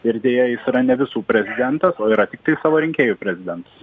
ir deja jis ne visų prezidentas o yra tiktai savo rinkėjų prezidentas